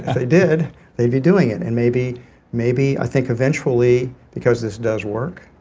if the did they'd be doing it. and maybe maybe i think eventually because this does work,